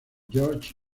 george